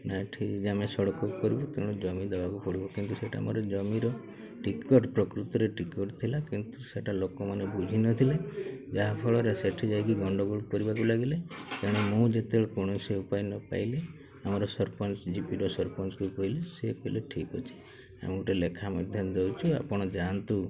ନାହିଁ ଠିକ୍ ଜମେ ସଡ଼କ କରିବୁ ତେଣୁ ଜମି ଦେବାକୁ ପଡ଼ିବ କିନ୍ତୁ ସେଟା ଆମର ଜମିର ଟିକେଟ୍ ପ୍ରକୃତରେ ଟିକେଟ୍ ଥିଲା କିନ୍ତୁ ସେଟା ଲୋକମାନେ ବୁଝିନଥିଲେ ଯାହାଫଳରେ ସେଠି ଯାଇକି ଗଣ୍ଡଗୋଳ କରିବାକୁ ଲାଗିଲେ ତେଣୁ ମୁଁ ଯେତେବେଳେ କୌଣସି ଉପାୟ ନ ପାଇଲି ଆମର ସରପଞ୍ଚ ଜିବିର ସରପଞ୍ଚକୁ କହିଲି ସେ କହିଲେ ଠିକ୍ ଅଛି ଆମେ ଗୋଟେ ଲେଖା ମଧ୍ୟ ଦେଉଛୁ ଆପଣ ଯାଆନ୍ତୁ